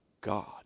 God